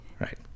Right